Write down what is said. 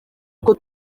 uko